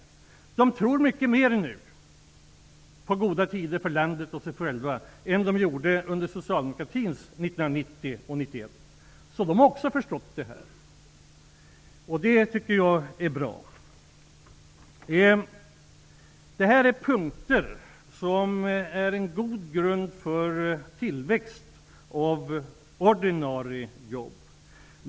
Hushållen tror mycket mer på goda tider för landet och sig själva, än de gjorde under socialdemokratins regeringsår 1990 och 1991. I hushållen har man alltså förstått det här, vilket är bra. Jag har nu räknat upp åtta punkter som är en god grund för tillväxt av ordinarie jobb.